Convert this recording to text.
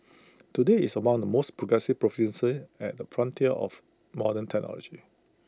today IT is among the most progressive provinces at the frontiers of modern technology